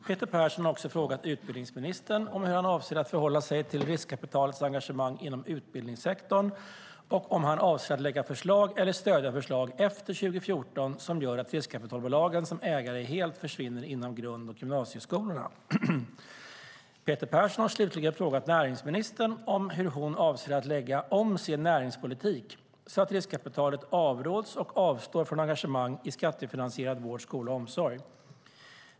Peter Persson har också frågat utbildningsministern om hur han avser att förhålla sig till riskkapitalets engagemang inom utbildningssektorn och om han avser att lägga fram förslag eller stödja förslag efter 2014 som gör att riskkapitalbolagen som ägare helt försvinner inom grund och gymnasieskolorna. Peter Persson har slutligen frågat näringsministern om hur hon avser att lägga om sin näringspolitik så att riskkapitalet avråds och avstår från engagemang i skattefinansierad vård, skola och omsorg.